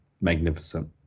magnificent